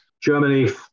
Germany